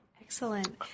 Excellent